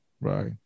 right